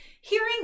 hearing